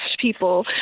people